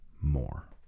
more